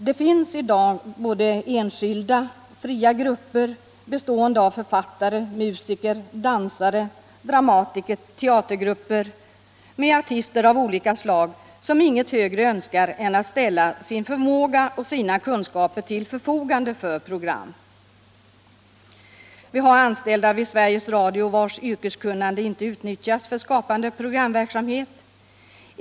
Det finns i dag såväl enskilda som fria grupper, såväl författare, musiker, dansare och dramatiker som teatergrupper med artister av olika slag som inget högre önskar än att ställa sin förmåga och sina kunskaper till förfogande för program. Det finns anställda inom Sveriges Radio, vilkas yrkeskunnande inte utnyttjas för skapande programverksamhet.